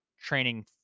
training